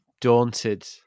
daunted